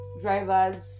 drivers